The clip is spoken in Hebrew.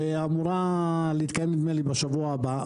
שאמורה להתקיים בשבוע הבא,